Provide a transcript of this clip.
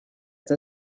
the